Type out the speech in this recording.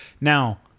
Now